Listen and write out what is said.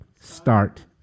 start